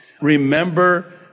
remember